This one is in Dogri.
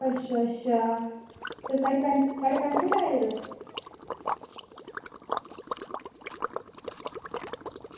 अच्छा अच्छा साढ़े पैंथल आए दे तुस